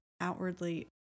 outwardly